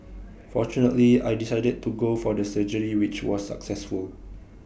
fortunately I decided to go for the surgery which was successful